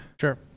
sure